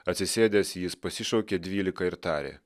atsisėdęs jis pasišaukė dvylika ir tarė